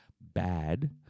bad